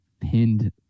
pinned